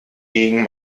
gegen